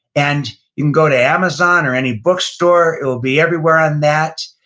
and you can go to amazon or any bookstore, it will be everywhere on that.